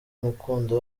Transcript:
mukunda